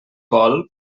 vol